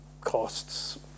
costs